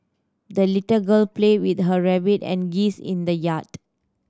the little girl played with her rabbit and geese in the yard